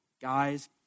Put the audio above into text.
Guys